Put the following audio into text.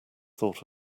thought